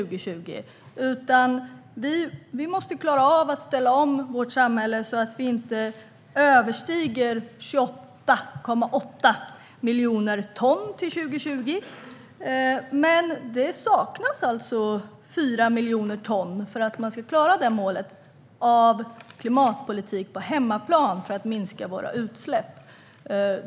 Vi måste klara av att ställa om vårt samhälle så att vi inte överstiger 28,8 miljoner ton till 2020. Det saknas alltså 4 miljoner ton för att klara det uppsatta målet för klimatpolitiken på hemmaplan för att minska våra utsläpp.